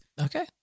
okay